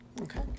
Okay